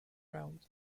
round